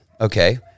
Okay